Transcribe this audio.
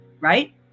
right